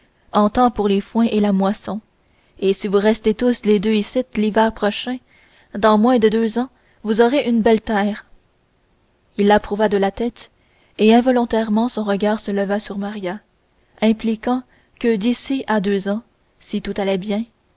temps pour les foins et la moisson et si vous restez tous les deux icitte l'hiver prochain dans moins de deux ans vous aurez unie belle terre il approuva de la tête et involontairement son regard se leva sur maria impliquant que d'ici à deux ans si tout allait bien